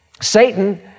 Satan